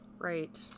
Right